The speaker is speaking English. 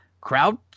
Crowd